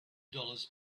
dollars